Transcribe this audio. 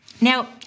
Now